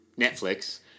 Netflix